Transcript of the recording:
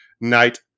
night